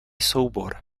soubor